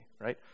right